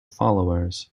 followers